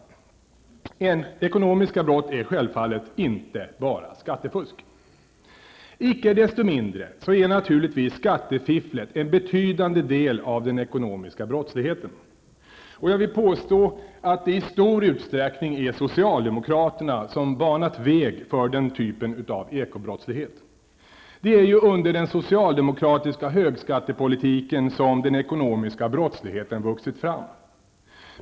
Ekonomiska brott är alltså inte bara skattefusk. Icke desto mindre utgör naturligtvis skattefifflet en betydande del av den ekonomiska brottsligheten. Jag vill påstå att det i stor utsträckning är socialdemokraterna som har banat väg för den typen av ekobrottslighet. Det är ju under den socialdemokratiska högskattepolitiken som den ekonomiska brottsligheten vuxit fram.